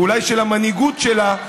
ואולי של המנהיגות שלה,